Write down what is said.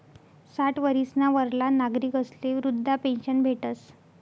साठ वरीसना वरला नागरिकस्ले वृदधा पेन्शन भेटस